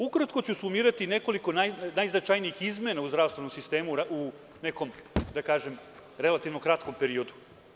Ukratko ću sumirati nekoliko najznačajnijih izmena u zdravstvenom sistemu, u nekom, da kažem, relativno kratkom periodu.